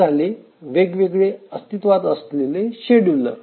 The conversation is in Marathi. हे झाले वेगवेगळे अस्तित्वात असलेले शेड्युलर